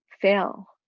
fail